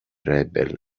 rebel